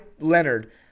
Leonard